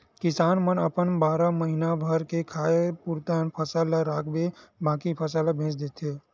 किसान मन अपन बारा महीना भर के खाए के पुरतन फसल ल राखके बाकी फसल ल बेच देथे